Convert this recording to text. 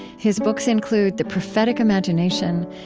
his books include the prophetic imagination,